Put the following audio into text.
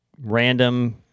random